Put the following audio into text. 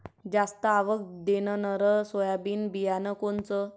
जास्त आवक देणनरं सोयाबीन बियानं कोनचं?